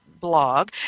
blog